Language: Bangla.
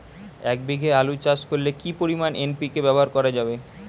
এক বিঘে আলু চাষ করলে কি পরিমাণ এন.পি.কে ব্যবহার করা যাবে?